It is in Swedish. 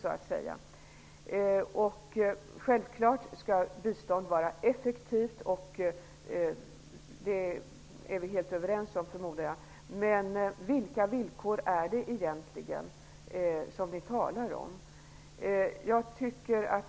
Självfallet skall bistånd vara effektiva, vilket jag förmodar att vi är helt överens om. Men vilka villkor är det egentligen som vi talar om?